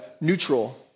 neutral